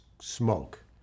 smoke